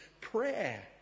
prayer